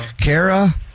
Kara